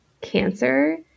cancer